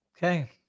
Okay